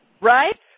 right